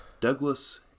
Douglas